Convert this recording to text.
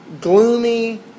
gloomy